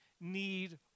need